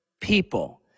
people